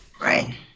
Right